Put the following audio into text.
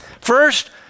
first